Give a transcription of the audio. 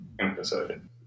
episode